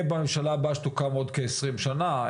בממשלה הבאה שתוקם בעוד כעשרים שנה.